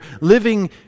living